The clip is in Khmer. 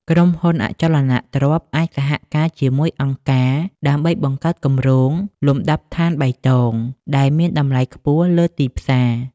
ក្រុមហ៊ុនអចលនទ្រព្យអាចសហការជាមួយអង្គការដើម្បីបង្កើតគម្រោងលំដាប់ដ្ឋានបៃតង ដែលមានតម្លៃខ្ពស់លើទីផ្សារ។